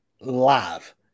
live